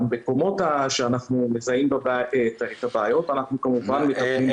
במקומות שאנחנו מזהים את הבעיות אנחנו כמובן מטפלים.